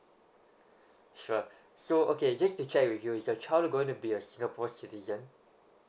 sure so okay just to check with you is the child going to be a singapore citizen